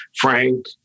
Frank